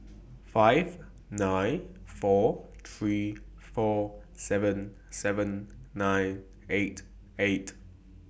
five nine four three four seven seven nine eight eight